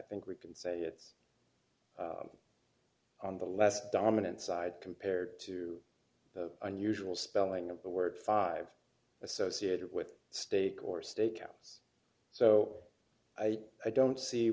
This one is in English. think we can say it on the left dominant side compared to the unusual spelling of the word five associated with steak or stakeouts so i don't see